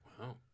Wow